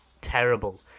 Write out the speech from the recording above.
terrible